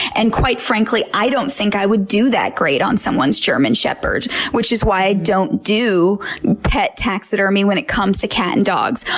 and quite frankly, i don't think i would do that great on someone's german shepherd, which is why i don't do pet taxidermy when it comes to cat and dogs.